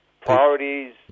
priorities